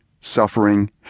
suffering